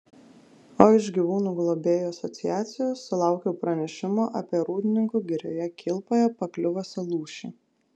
o iš gyvūnų globėjų asociacijos sulaukiau pranešimo apie rūdninkų girioje kilpoje pakliuvusią lūšį